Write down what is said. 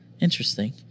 Interesting